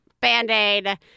Band-Aid